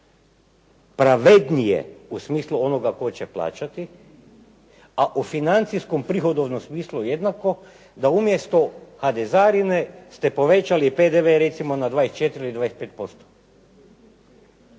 pravednije u smislu onoga tko će plaćati, a u financijskom prihodu u onom smislu jednako da umjesto hadezarine ste povećali PDV recimo na 24 ili 25%?